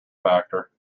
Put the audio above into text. factor